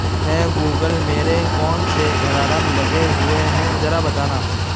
ہے گوگل میرے کون سے الارم لگے ہوئے ہیں ذرا بتانا